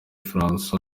françois